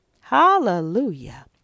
Hallelujah